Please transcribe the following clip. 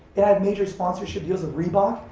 yeah had major sponsorship deals with reebok,